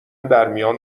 درمیان